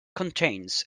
contains